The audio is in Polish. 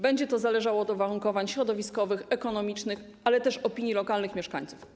Będzie to zależało od uwarunkowań środowiskowych, ekonomicznych, ale też opinii lokalnych mieszkańców.